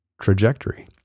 trajectory